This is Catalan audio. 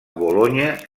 bolonya